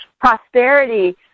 prosperity